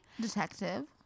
Detective